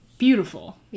Beautiful